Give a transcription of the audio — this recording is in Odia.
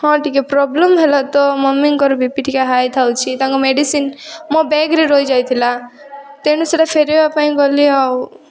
ହଁ ଟିକେ ପ୍ରବ୍ଲେମ୍ ହେଲା ତ ମମୀଙ୍କର ବି ପି ଟିକେ ହାଇ ଥାଉଛି ତାଙ୍କ ମେଡ଼ିସିନ୍ ମୋ ବ୍ୟାଗରେ ରହି ଯାଇଥିଲା ତେଣୁ ସେଇଟା ଫେରାଇବା ପାଇଁ ଗଲି ଆଉ